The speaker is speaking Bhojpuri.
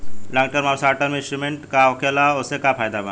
लॉन्ग टर्म आउर शॉर्ट टर्म इन्वेस्टमेंट का होखेला और ओसे का फायदा बा?